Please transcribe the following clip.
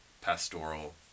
pastoral